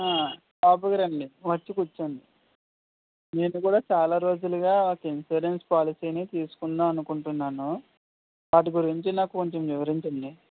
ఆ లోపలికి రండి వచ్చి కూర్చోండి నేను కూడా చాలా రోజులుగా ఒక ఇన్సూరెన్స్ పోలసీని తీసుకుందాం అనుకుంటున్నాను వాటి గురించి నాకు కొంచెం వివరించండి